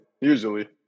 Usually